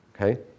okay